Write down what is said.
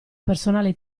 personale